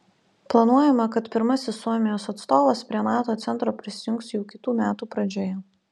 planuojama kad pirmasis suomijos atstovas prie nato centro prisijungs jau kitų metų pradžioje